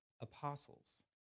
apostles